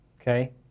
okay